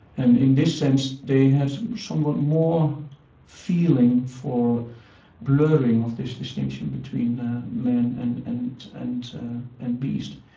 and in this sense, they had somewhat more feeling for blurring of this distinction between man and and and and beast.